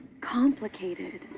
complicated